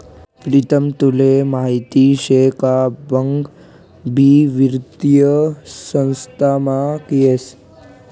प्रीतम तुले माहीत शे का बँक भी वित्तीय संस्थामा येस